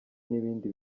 n’ibindi